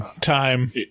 time